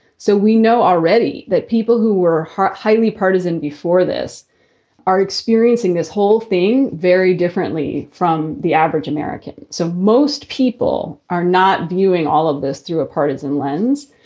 so we know already that people who were heart highly partisan before this are experiencing this whole thing very differently from the average american. so most people are not viewing all of this through a partisan lens,